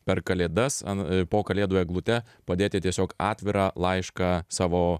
per kalėdas an po kalėdų eglute padėti tiesiog atvirą laišką savo